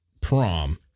prom